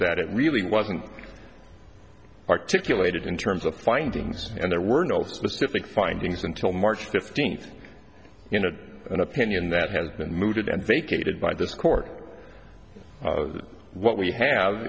that it really wasn't articulated in terms of the findings and there were no specific findings until march fifteenth you know an opinion that has been mooted and vacated by this court what we have